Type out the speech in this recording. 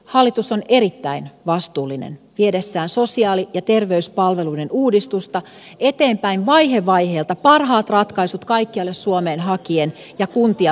hallitus on erittäin vastuullinen viedessään sosiaali ja terveyspalveluiden uudistusta eteenpäin vaihe vaiheelta parhaat ratkaisut kaikkialle suomeen hakien ja kuntia kuullen